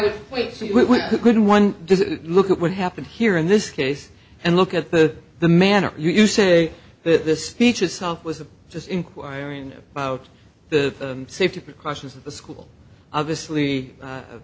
what good one does it look at what happened here in this case and look at the the manner you say that the speech itself was just inquiring about the safety precautions of the school obviously